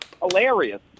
hilarious